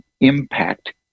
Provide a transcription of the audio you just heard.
impact